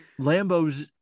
Lambos